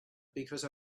because